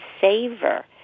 savor